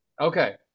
okay